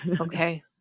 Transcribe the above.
Okay